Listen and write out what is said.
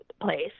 place